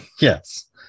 yes